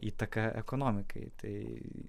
įtaką ekonomikai tai